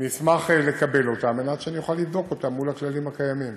אני אשמח לקבל אותן על מנת שאוכל לבדוק אותן מול הכללים הקיימים.